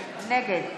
נגד